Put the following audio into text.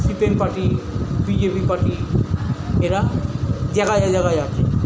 CPM party BJP party এরা জায়গায় জায়গায় আছে